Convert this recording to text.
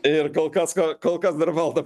ir kol kas kol kas dar valdo